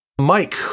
Mike